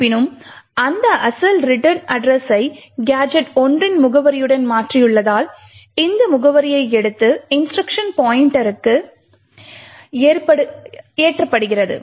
இருப்பினும் அந்த அசல் ரிட்டர்ன் அட்ரஸை கேஜெட் 1 இன் முகவரியுடன் மாற்றியுள்ளதால் இந்த முகவரியை எடுத்து இன்ஸ்ட்ருக்ஷன் பாய்ண்ட்டருக்கு ஏற்றப்படுகிறது